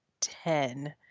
ten